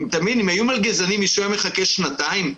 אם היו מלגזנים, מישהו היה מחכה שנתיים?